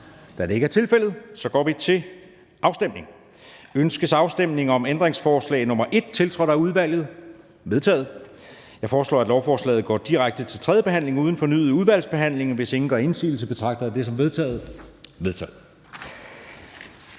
Ændringsforslaget er forkastet. Ønskes afstemning om ændringsforslag nr. 2-13, tiltrådt af udvalget? De er vedtaget. Jeg foreslår, at lovforslaget går direkte til tredje behandling uden fornyet udvalgsbehandling, og hvis ingen gør indsigelse, betragter jeg det som vedtaget. Det er